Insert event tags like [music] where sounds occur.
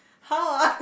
how ah [noise]